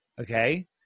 Okay